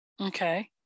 Okay